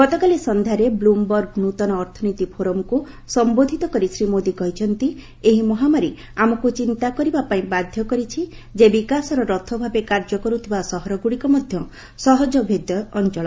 ଗତକାଲି ସଂଧ୍ୟାରେ ବ୍ଲମ୍ବର୍ଗ ନୃତନ ଅର୍ଥନୀତି ଫୋରମ୍କୁ ସମ୍ବୋଧିତ କରି ଶ୍ରୀ ମୋଦି କହିଛନ୍ତି ଏହି ମହାମାରୀ ଆମକୁ ଚିନ୍ତା କରିବା ପାଇଁ ବାଧ୍ୟ କରିଛି ଯେ ବିକାଶର ରଥ ଭାବେ କାର୍ଯ୍ୟ କରୁଥିବା ସହରଗୁଡିକ ମଧ୍ୟ ସହଜଭେଦ୍ୟ ଅଚଳ